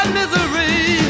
misery